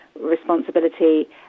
responsibility